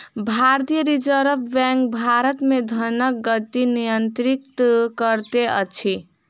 भारतीय reserve bank Bharat मे धनक गति नियंत्रित करैत अछि